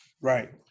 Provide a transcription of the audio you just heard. right